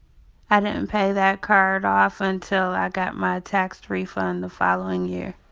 i didn't and pay that card off until i got my tax refund the following year.